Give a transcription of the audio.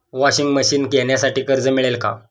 Washing machine घेण्यासाठी कर्ज मिळेल का?